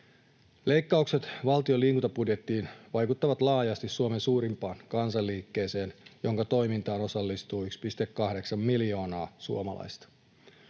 Leikkaukset valtion liikuntabudjettiin vaikuttavat laajasti Suomen suurimpaan kansanliikkeeseen, jonka toimintaan osallistuu 1,8 miljoonaa suomalaista.